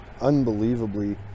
unbelievably